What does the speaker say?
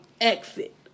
exit